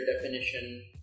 definition